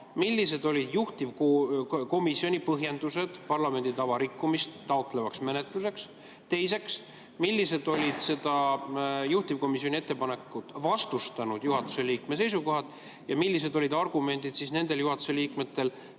millised olid juhtivkomisjoni põhjendused parlamendi tava rikkumist taotlevaks menetluseks, b) millised olid juhtivkomisjoni ettepanekut vastustanud juhatuse liikme seisukohad ning c) millised olid argumendid nendel juhatuse liikmetel,